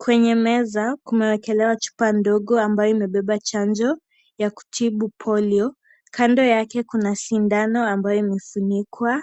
Kwenye meza kumewekelewa chupa ndogo ambayo imebeba chanjo ya kutibu polio. Kando yake kuna sindano ambayo imesimikwa,